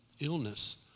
illness